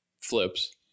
flips